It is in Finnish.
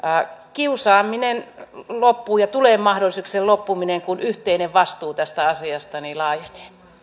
kiusaaminen loppuu ja sen loppuminen tulee mahdolliseksi kun yhteinen vastuu tästä asiasta laajenee